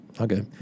Okay